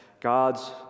God's